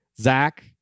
Zach